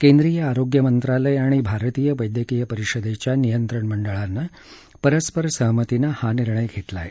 केर्रीय आरोग्य मंत्रालय आणि भारतीय वैद्यकीय परिषदेच्या नियंत्रण मंडळानं परस्पर सहमतीने हा निर्णय घेतला आहे